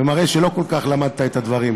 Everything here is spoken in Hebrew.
ומראה שלא כל כך למדת את הדברים.